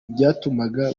byatumaga